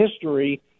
history